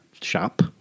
shop